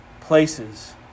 places